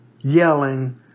yelling